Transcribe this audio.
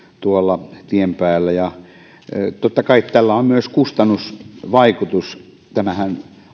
tuolla tien päällä totta kai tällä on myös kustannusvaikutus tämähän